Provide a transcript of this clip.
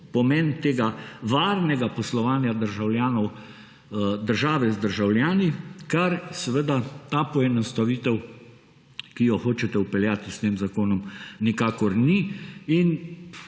pomen tega varnega poslovanja države z državljani, kar seveda ta poenostavitev, ki jo hočete vpeljati s tem zakonom, nikakor ni.